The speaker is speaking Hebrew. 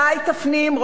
מתי תפנים,